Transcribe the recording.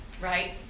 right